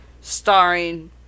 starring